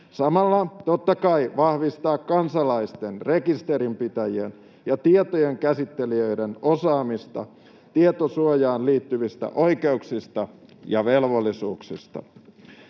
samalla totta kai vahvistaa kansalaisten, rekisterinpitäjien ja tietojenkäsittelijöiden osaamista tietosuojaan liittyvissä oikeuksissa ja velvollisuuksissa.